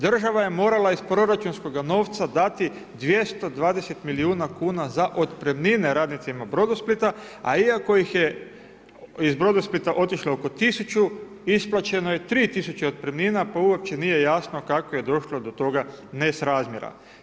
Država je morala iz proračunskoga novca dati 220 milijuna kuna za otpremnine radnicima Brodosplita, a iako ih je iz Brodosplita otišlo oko 1000 isplaćeno je 3000 otpremnina, pa uopće nije jasno kako je došlo do toga nesrazmjera.